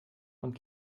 und